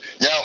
Now